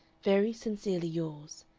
very sincerely yours,